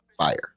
Fire